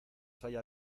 hay